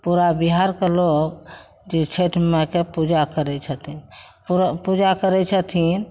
पूरा बिहारके लोग जे छैठ माइके पूजा करय छथिन पूरा पूजा करय छथिन